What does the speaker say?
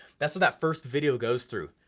that's what that first video goes through.